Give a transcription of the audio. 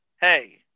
hey